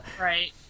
right